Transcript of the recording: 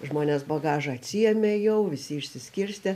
žmonės bagažą atsiėmė jau visi išsiskirstė